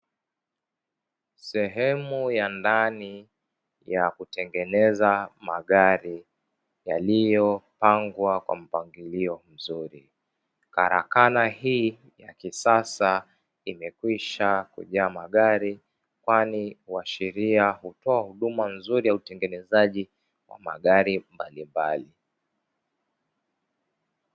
Sehemu ya ndani ya kutengeneza magari yaliyopangwa kwa mpangilio mzuri, karakana hii ya kisasa imekwisha kujaa magari kwani huashiria kutoa huduma nzuri ya utengenezaji wa magari mbalimbali.